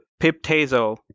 Piptazo